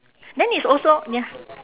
then it's also ya